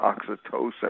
oxytocin